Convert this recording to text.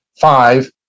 Five